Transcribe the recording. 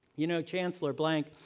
you know, chancellor blank,